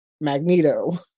Magneto